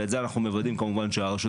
ואת זה אנחנו מוודאים כמובן שהרשות